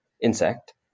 insect